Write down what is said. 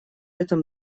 этом